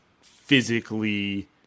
physically